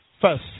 first